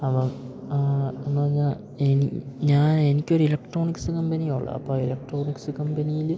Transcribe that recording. അപ്പോൾ എന്നു പറഞ്ഞാൽ ഇനി ഞാൻ എനിക്കൊരു ഇലക്ട്രോണിക്സ് കമ്പനിയുള്ളു അപ്പോൾ ആ ഇലക്ട്രോണിക്സ് കമ്പനിയിൽ